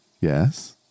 yes